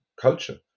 culture